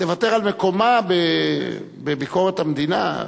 תוותר על מקומה בביקורת המדינה.